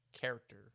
character